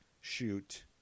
shoot